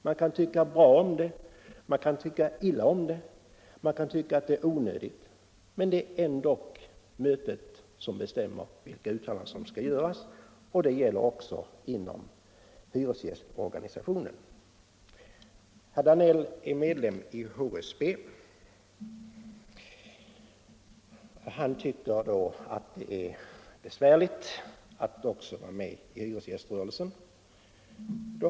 Man kan tycka bra om det, man kan tycka illa om det eller man kan tycka att det är onödigt, men det är ändå mötet som bestämmer vilka uttalanden som skall göras. Det gäller även inom hyresgästorganisationen. Herr Danell är medlem i HSB. Han tycker att det är besvärligt att då också vara med i hyresgäströrelsen.